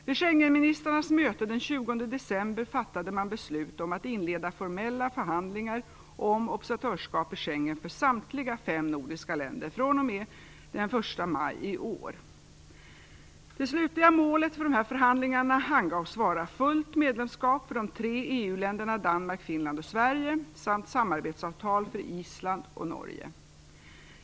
Vid Schengenministrarnas möte den 20 december fattade man beslut om att inleda formella förhandlingar om observatörskap i Schengensamarbetet för samtliga fem nordiska länder fr.o.m. den 1 maj i år. Det slutliga målet för dessa förhandlingar angavs vara fullt medlemskap för de tre EU-länderna Danmark, Finland och Sverige samt samarbetsavtal för Island och Norge.